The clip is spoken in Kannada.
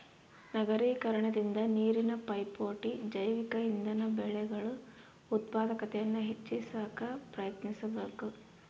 ನಗರೀಕರಣದಿಂದ ನೀರಿನ ಪೈಪೋಟಿ ಜೈವಿಕ ಇಂಧನ ಬೆಳೆಗಳು ಉತ್ಪಾದಕತೆಯನ್ನು ಹೆಚ್ಚಿ ಸಾಕ ಪ್ರಯತ್ನಿಸಬಕು